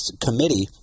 committee